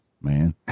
man